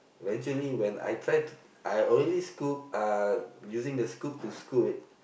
eventually when I try to I already scope uh using the scope to scope it